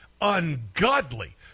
ungodly